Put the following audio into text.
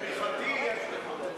את תמיכתי יש לך.